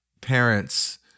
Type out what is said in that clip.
parents